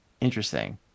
Interesting